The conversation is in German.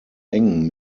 eng